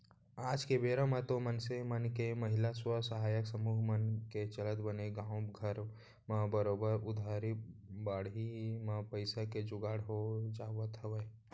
आज के बेरा म तो मनसे मन के महिला स्व सहायता समूह मन के चलत बने गाँवे घर म बरोबर उधारी बाड़ही म पइसा के जुगाड़ हो जावत हवय